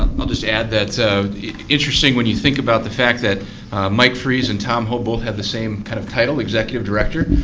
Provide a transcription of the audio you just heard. i'll just add that it's interesting when you think about the fact that mike freese and tom ho both have the same kind of title, executive director.